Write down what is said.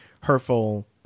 hurtful